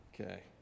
Okay